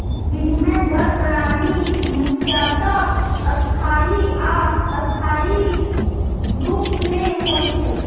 विनिमय दर प्रणाली मुख्यतः स्थायी आ अस्थायी रूप मे होइ छै